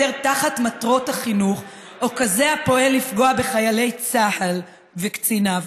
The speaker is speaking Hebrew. תחת מטרות החינוך או כזה הפועל לפגוע בחיילי צה"ל וקציניו.